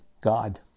God